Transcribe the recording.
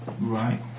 Right